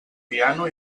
piano